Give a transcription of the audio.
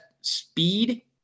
speed